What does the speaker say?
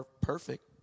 perfect